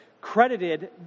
credited